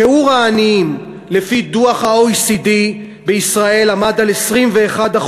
שיעור העניים, לפי דוח ה-OECD, בישראל עמד על 21%,